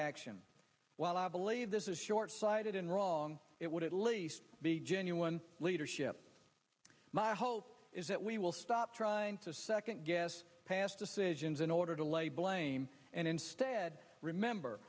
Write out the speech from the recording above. action while i believe this is shortsighted and wrong it would at least be genuine leadership my hope is that we will stop trying to second guess past decisions in order to lay blame and instead remember